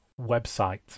website